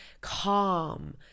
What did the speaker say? calm